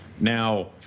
Now